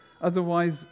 otherwise